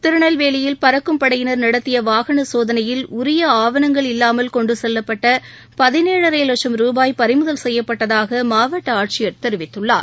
திருநெல்வேலியில் பறக்கும் படையினர் நடத்திய வாகன சோதனையில் உரிய ஆவணங்கள் இல்லாமல் கொண்டு செல்லப்பட்ட பதினோழரை லட்சும் ரூபாய் பறிமுதல் செய்யப்பட்டதாக மாவட்ட ஆட்சித்தலைவர் தெரிவித்துள்ளார்